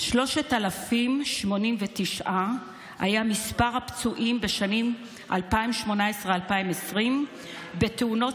3,089 היה מספר הפצועים בשנים 2018 2020 בתאונות